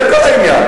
זה כל העניין.